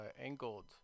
angled